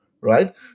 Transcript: right